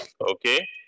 okay